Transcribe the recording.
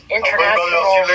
International